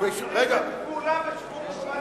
גם הכנסת, כולם משכו מחובת ההנחה.